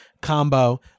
combo